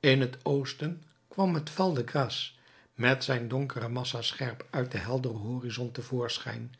in het oosten kwam het val de grace met zijn donkere massa scherp uit den helderen horizont te voorschijn